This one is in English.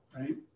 right